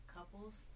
Couples